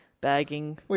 bagging